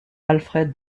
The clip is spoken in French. alfred